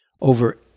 over